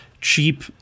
cheap